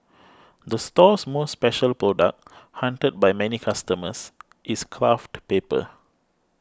the store's most special product hunted by many customers is craft paper